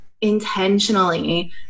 intentionally